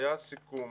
היה סיכום